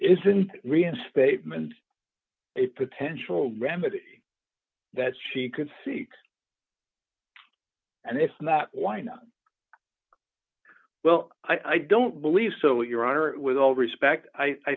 isn't reinstatement a potential remedy that she could seek and if not why not well i don't believe so your honor with all respect i